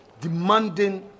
demanding